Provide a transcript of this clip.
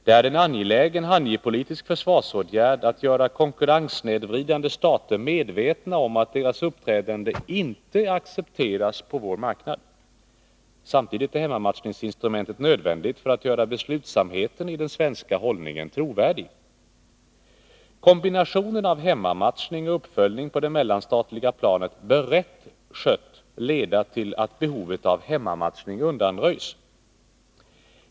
Det är en angelägen handelspolitisk försvarsåtgärd att göra konkurrenssnedvridande stater medvetna om att deras uppträdande inte accepteras på vår marknad. Samtidigt är hemmamatchningsinstrumentet nödvändigt för att göra beslutsamheten i den svenska hållningen trovärdig. Kombinationen av hemmamatchning och uppföljning på det mellanstatliga planet bör rätt skött leda till att behovet av hemmamatchning undanröjs.